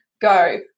go